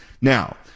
Now